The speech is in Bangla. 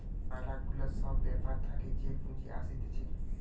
ম্যালা গুলা সব ব্যাপার থাকে যে পুঁজি আসতিছে